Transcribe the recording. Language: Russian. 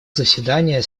заседание